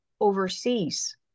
overseas